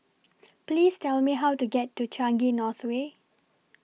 Please Tell Me How to get to Changi North Way